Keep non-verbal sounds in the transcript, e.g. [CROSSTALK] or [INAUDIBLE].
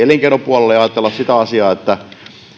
[UNINTELLIGIBLE] elinkeinopuolelle ja ajatella sitä asiaa että